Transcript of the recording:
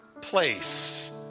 place